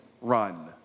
run